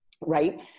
Right